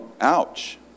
Ouch